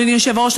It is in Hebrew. אדוני היושב-ראש,